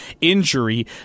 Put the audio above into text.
injury